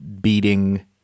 beating